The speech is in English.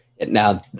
now